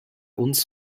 uns